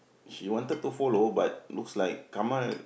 she wanted to follow but looks like Kamal